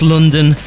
London